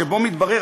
שבו מתברר,